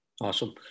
Awesome